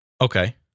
Okay